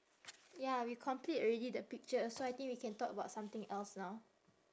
ya we complete already the picture so I think we can talk about something else now